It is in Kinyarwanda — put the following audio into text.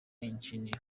eng